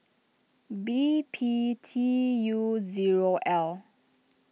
B P T U zero L